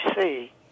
see